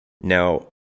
Now